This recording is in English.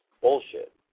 bullshit